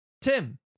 Tim